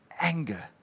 anger